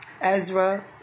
Ezra